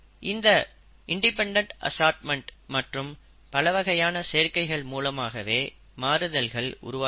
இந்த independent assortment மற்றும் பலவகையான சேர்க்கைகள் மூலமாகவே மாறுதல்கள் உருவாகிறது